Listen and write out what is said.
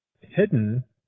hidden